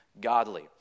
godly